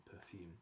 perfume